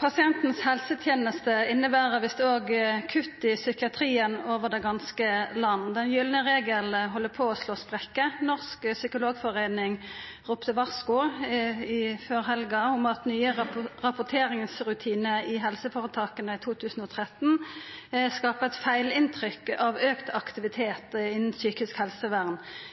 Pasientens helseteneste inneber visst òg kutt i psykiatrien over det ganske land. Den gylne regelen held på å slå sprekkar. Norsk Psykologforening ropte varsku før helga om at nye rapporteringsrutinar i helseføretaka 2013 skapar eit feil inntrykk av auka aktivitet innan psykisk helsevern.